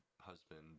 husband